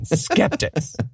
skeptics